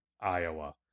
Iowa